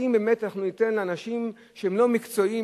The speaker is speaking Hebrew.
האם באמת אנחנו ניתן לאנשים שהם לא מקצועיים,